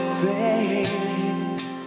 face